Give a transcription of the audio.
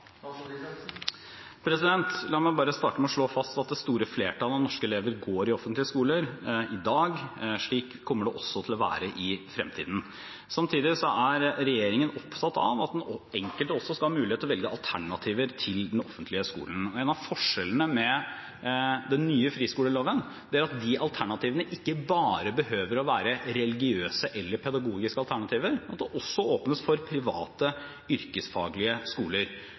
La meg starte med å slå fast at det store flertallet av norske elever går i offentlige skoler i dag, og slik kommer det også til å være i fremtiden. Samtidig er regjeringen opptatt av at den enkelte også skal ha mulighet til å velge alternativer til den offentlige skolen. En av forskjellene med den nye friskoleloven er at de alternativene ikke bare behøver å være religiøse eller pedagogiske alternativer, men at det også åpnes for private yrkesfaglige skoler.